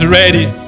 ready